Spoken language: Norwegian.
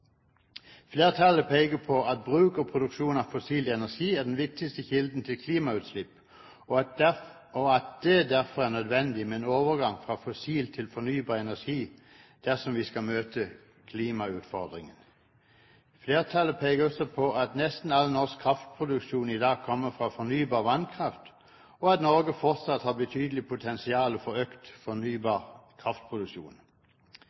peker på at bruk og produksjon av fossil energi er den viktigste kilden til klimagassutslipp, og at det derfor er nødvendig med en overgang fra fossil til fornybar energi dersom vi skal møte klimautfordringen. Flertallet peker på at nesten all norsk kraftproduksjon i dag kommer fra fornybar vannkraft, og at Norge fortsatt har et betydelig potensial for økt